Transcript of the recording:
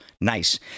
Nice